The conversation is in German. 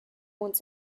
uns